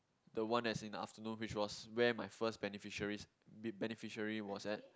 the one as in the afternoon which was where my first beneficiaries be~ beneficiary was at